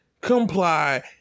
comply